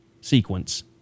sequence